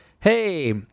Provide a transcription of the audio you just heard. Hey